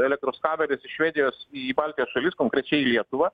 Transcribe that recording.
elektros kabelis iš švedijos į baltijos šalis konkrečiai į lietuvą